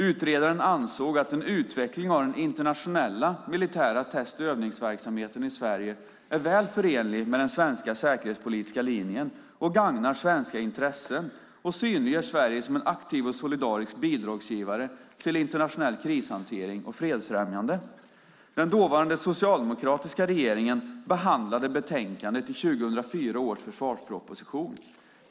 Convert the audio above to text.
Utredaren ansåg att en utveckling av den internationella militära test och övningsverksamheten i Sverige är väl förenlig med den svenska säkerhetspolitiska linjen, gagnar svenska intressen och synliggör Sverige som en aktiv och solidarisk bidragsgivare till internationell krishantering och fredsfrämjande. Den dåvarande socialdemokratiska regeringen behandlade betänkandet i 2004 års försvarsproposition .